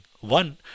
one